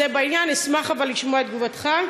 זה בעניין, אבל אשמח לשמוע את תגובתך.